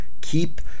keep